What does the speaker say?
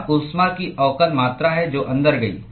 यह ऊष्मा की अवकल मात्रा है जो अंदर गई